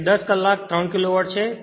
તેથી 10 કલાક 3 કિલોવોટ છે